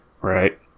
Right